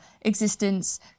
existence